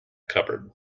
cupboard